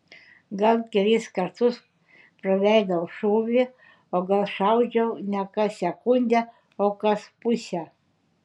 gal kelis kartus praleidau šūvį o gal šaudžiau ne kas sekundę o kas pusę